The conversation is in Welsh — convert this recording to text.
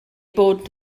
bod